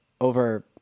over